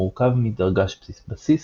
ומורכב מדרג"ש בסיס,